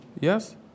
yes